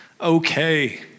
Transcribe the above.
okay